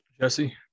Jesse